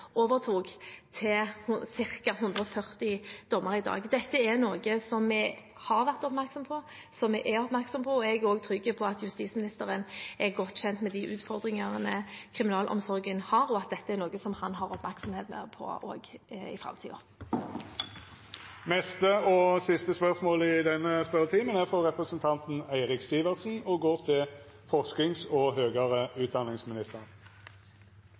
overtok, til ca. 140 dommer i dag. Dette er noe vi har vært oppmerksomme på, og som vi er oppmerksomme på. Jeg er også trygg på at justisministeren er godt kjent med de utfordringene kriminalomsorgen har, og at dette er noe han har oppmerksomhet på også i framtiden. Me går då tilbake til spørsmål 18. «En særlig utfordring for Nord universitet med stor spredning i studiesteder er å ha en studiestedsstruktur som støtter opp om en forsknings- og